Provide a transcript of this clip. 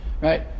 right